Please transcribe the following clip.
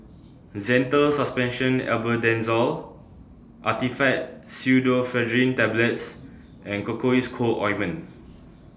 Zental Suspension Albendazole Actifed Pseudoephedrine Tablets and Cocois Co Ointment